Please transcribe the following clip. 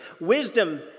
Wisdom